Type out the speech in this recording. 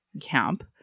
camp